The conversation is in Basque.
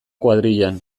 kuadrillan